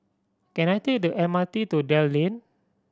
can I take the M R T to Dell Lane